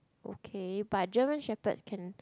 okay but German Shepherds can